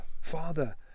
father